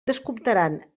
descomptaran